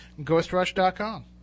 ghostrush.com